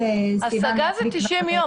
השגה זה 90 ימים.